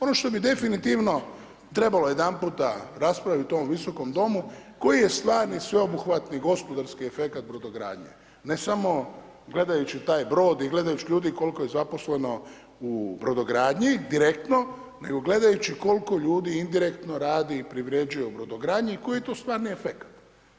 Ono što bi definitivno trebalo jedanputa raspraviti u ovom visokom domu, koji je stvarni sve obuhvati gospodarski efekat brodogradnje, ne samo gledajući taj brod i gledajući ljudi koliko je zaposleno u brodogradnji, direktno, nego gledajući koliko ljudi indirektno radi i privređuje u brodogradnji i koji je to stvarni efekat.